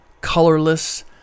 colorless